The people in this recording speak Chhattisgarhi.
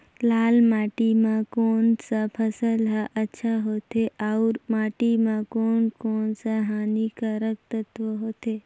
लाल माटी मां कोन सा फसल ह अच्छा होथे अउर माटी म कोन कोन स हानिकारक तत्व होथे?